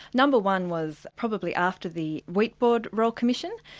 no. one was probably after the wheat board royal commission.